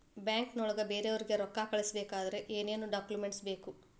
ಬ್ಯಾಂಕ್ನೊಳಗ ಬೇರೆಯವರಿಗೆ ರೊಕ್ಕ ಕಳಿಸಬೇಕಾದರೆ ಏನೇನ್ ಡಾಕುಮೆಂಟ್ಸ್ ಬೇಕು?